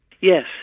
Yes